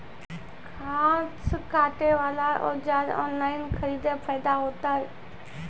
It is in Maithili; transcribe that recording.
घास काटे बला औजार ऑनलाइन खरीदी फायदा होता?